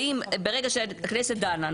האם ברגע שהכנסת דנה,